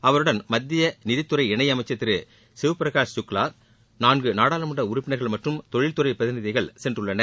அவருடன் மத்திய நிதித்துறை இணை அமைச்சர் திரு சிவ்பிரகாஷ் சுக்லா நான்கு நாடாளுமன்ற உறுப்பினர்கள் மற்றும் தொழில்துறை பிரதிநிதிகள் சென்றுள்ளனர்